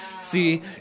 See